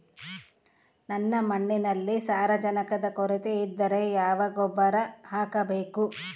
ನನ್ನ ಮಣ್ಣಿನಲ್ಲಿ ಸಾರಜನಕದ ಕೊರತೆ ಇದ್ದರೆ ಯಾವ ಗೊಬ್ಬರ ಹಾಕಬೇಕು?